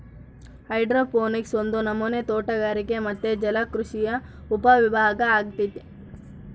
hydroponics ಒಂದು ನಮನೆ ತೋಟಗಾರಿಕೆ ಮತ್ತೆ ಜಲಕೃಷಿಯ ಉಪವಿಭಾಗ ಅಗೈತೆ